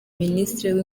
minisitiri